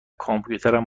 کامپیوترم